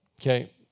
Okay